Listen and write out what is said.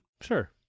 Sure